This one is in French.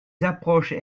approches